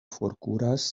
forkuras